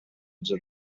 into